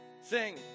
Sing